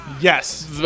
Yes